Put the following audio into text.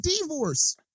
divorce